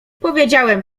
powiedziałem